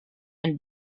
and